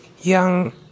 young